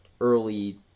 early